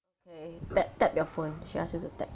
okay tap tap your phone she ask you to tap